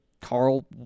Carl